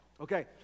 Okay